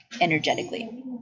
energetically